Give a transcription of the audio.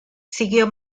siguió